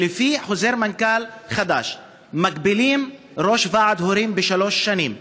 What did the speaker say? שלפי חוזר מנכ"ל חדש מגבילים ראש ועד הורים לשלוש שנים,